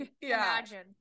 imagine